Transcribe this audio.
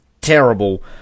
terrible